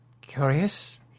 curious